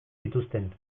zituzten